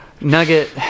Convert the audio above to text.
Nugget